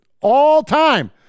all-time